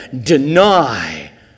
deny